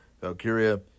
Valkyria